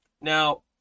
now